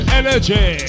energy